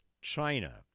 China